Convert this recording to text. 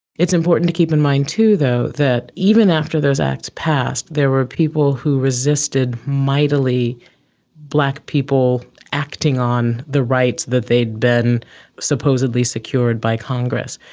it's important to keep in mind too though that even after those acts passed, there were people who resisted mightily black people acting on the rights that they had been supposedly secured by congress.